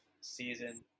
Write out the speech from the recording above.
season